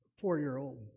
Four-year-old